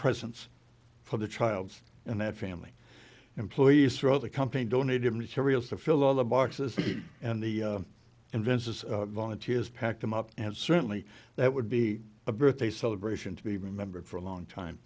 presents for the child and that family employees throughout the company donated materials to fill all the boxes and the invensys volunteers pack them up and certainly that would be a birthday celebration to be remembered for a long time